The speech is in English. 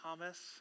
Thomas